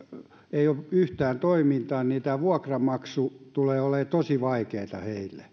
ei ole yhtään toimintaa niin tämä vuokranmaksu tulee olemaan tosi vaikeaa